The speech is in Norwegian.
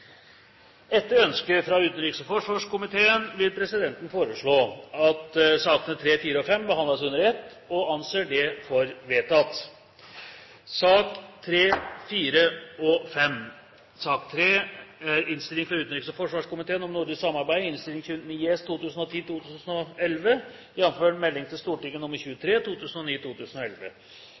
Etter ønske fra utenriks- og forsvarskomiteen vil presidenten foreslå at sakene nr. 3, 4 og 5 behandles under ett. – Det anses vedtatt. Etter ønske fra utenriks- og forsvarskomiteen vil presidenten foreslå at debatten blir begrenset til